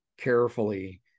carefully